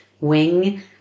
wing